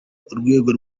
urwego